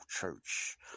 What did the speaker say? church